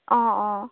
অঁ অঁ